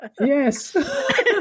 yes